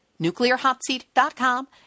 nuclearhotseat.com